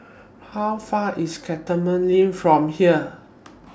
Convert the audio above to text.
How Far away IS Cantonment LINK from here